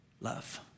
love